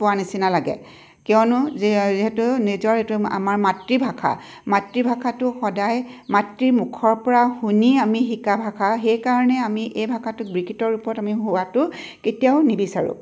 পোৱা নিচিনা লাগে কিয়নো যি যিহেতু নিজৰ এইটো আমাৰ মাতৃভাষা মাতৃভাষাটো সদায় মাতৃৰ মুখৰ পৰা শুনি আমি শিকা ভাষা সেইকাৰণে আমি এই ভাষাটোক বিকৃত ৰূপত আমি হোৱাটো কেতিয়াও নিবিচাৰোঁ